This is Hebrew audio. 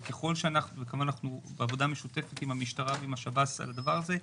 בעבודה משותפת עם המשטרה והשב"ס על הדבר הזה,